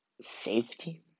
safety